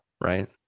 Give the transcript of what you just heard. Right